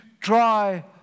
try